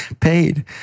paid